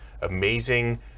amazing